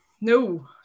No